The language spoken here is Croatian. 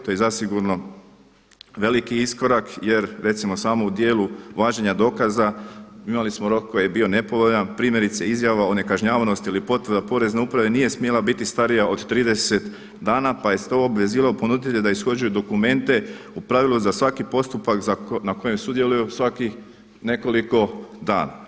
To je zasigurno veliki iskorak jer recimo samo u dijelu važenja dokaza imali smo rok koji je bio nepovoljan, primjerice izjava o nekažnjavanosti ili potvrda Porezne uprave nije smjela biti starija od 30 dana pa je to obvezivalo ponuditelja da ishoduje dokumente u pravilu za svaki postupak na kojem sudjeluju svakih nekoliko dana.